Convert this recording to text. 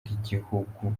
bw’ibihugu